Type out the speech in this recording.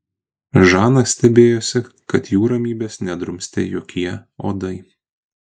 žana stebėjosi kad jų ramybės nedrumstė jokie uodai